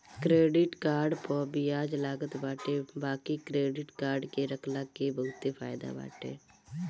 credit card पअ बियाज लागत बाटे बाकी क्क्रेडिट कार्ड के रखला के बहुते फायदा बाटे